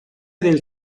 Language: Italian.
del